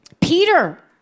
Peter